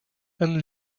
and